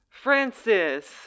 Francis